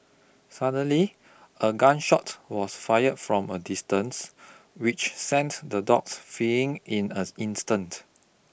suddenly a gun shot was fire from a distance which sent the dogs fleeing in an instant